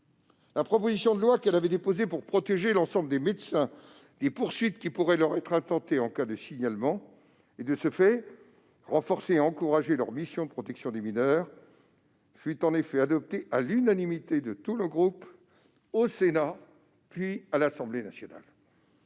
La proposition de loi qu'elle avait déposée pour protéger l'ensemble des médecins des poursuites qui pourraient leur être intentées en cas de signalement et, partant, renforcer et encourager leur mission de protection des mineurs fut en effet adoptée à l'unanimité de tous les groupes, au Sénat puis à l'Assemblée nationale.